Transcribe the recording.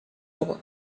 droit